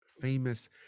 famous